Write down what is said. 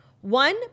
One